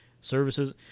services